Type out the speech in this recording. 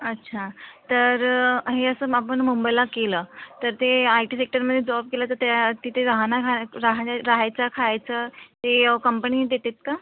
अच्छा तर हे असं मग आपण मुंबईला केलं तर ते आय टी रिटर्नमध्ये जॉब केला तर त्या तिथे राहण्या खा राहण्या राहायचा खायचा हे कंपनी देतेत का